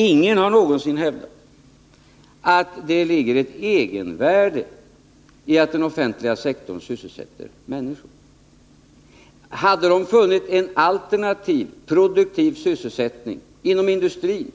Ingen har någonsin hävdat att det ligger ett egenvärde i att den offentliga sektorn sysselsätter människor. Om människorna hade funnit en alternativ, Nr 29 produktiv sysselsättning inom industrin,